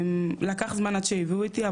לקח זמן עד שהביאו אותי,